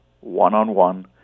one-on-one